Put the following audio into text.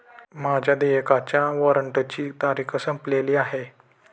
माझ्या देयकाच्या वॉरंटची तारीख संपलेली आहे